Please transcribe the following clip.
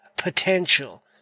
potential